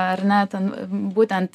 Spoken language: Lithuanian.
ar ne ten būtent